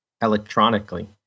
electronically